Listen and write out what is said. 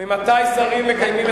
ממתי שרים מקיימים את החוק?